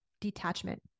detachment